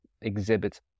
exhibits